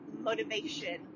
motivation